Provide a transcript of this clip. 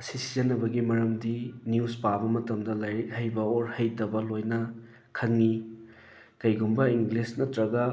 ꯑꯁꯤ ꯁꯤꯖꯤꯟꯅꯕꯒꯤ ꯃꯔꯝꯗꯤ ꯅꯤꯌꯨꯁ ꯄꯥꯕ ꯃꯇꯝꯗ ꯂꯥꯏꯔꯤꯛ ꯍꯩꯕ ꯑꯣꯔ ꯍꯩꯇꯕ ꯂꯣꯏꯅ ꯈꯪꯉꯤ ꯀꯩꯒꯨꯝꯕ ꯏꯪꯂꯤꯁ ꯅꯠꯇ꯭ꯔꯒ